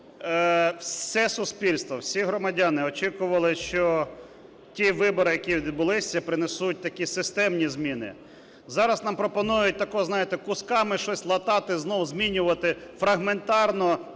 Все суспільство, всі громадяни очікували, що ті вибори, які відбулися, принесуть такі системні зміни. Зараз нам пропонують, знаєте, кусками щось латати, знов змінювати фрагментарно,